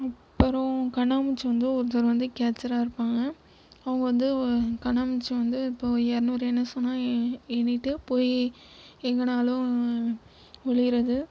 அப்புறம் கண்ணாமூச்சி வந்து ஒருத்தர் வந்து கேட்ச்சராக இருப்பாங்க அவங்க வந்து கண்ணாமூச்சி வந்து இப்போ இரநூறு எண்ண சொன்னால் எண்ணிவிட்டு போய் எங்கேனாலும் ஒளியிறது